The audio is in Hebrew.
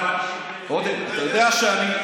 אתה יודע שזה שקר.